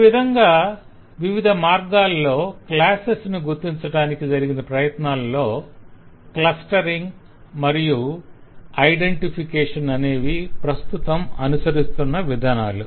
ఈ విధంగా వివిధ మార్గాల్లో క్లాసెస్ ను గుర్తించటానికి జరిగిన ప్రయత్నాల్లో క్లస్టరింగ్ మరియ ఇడెన్టిఫికేషన్ అనేవి ప్రస్తుతం అనుసరిస్తున్న విధానాలు